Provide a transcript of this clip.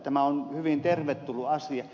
tämä on hyvin tervetullut asia